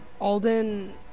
Alden